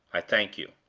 i thank you.